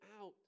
out